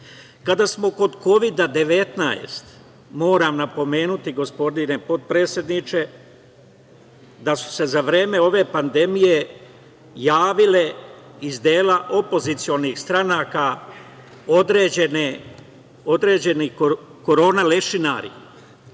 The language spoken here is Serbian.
smo kod Kovida – 19, moram napomenuti, gospodine potpredsedniče, da su se za vreme ove pandemije javile iz dela opozicionih stranaka određeni korona lešinari